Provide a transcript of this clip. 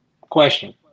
question